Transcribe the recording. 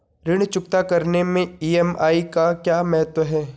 ऋण चुकता करने मैं ई.एम.आई का क्या महत्व है?